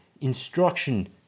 instruction